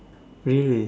really